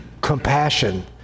compassion